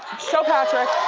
show patrick.